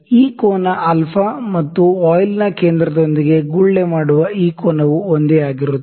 ಈ ಕೋನ α ಮತ್ತು ವಾಯ್ಲ್ ನ ಕೇಂದ್ರದೊಂದಿಗೆ ಗುಳ್ಳೆ ಮಾಡುವ ಈ ಕೋನವು ಒಂದೇ ಆಗಿರುತ್ತದೆ